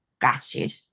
gratitude